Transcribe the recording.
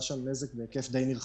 היה שם נזק בהיקף נרחב.